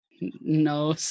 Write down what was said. No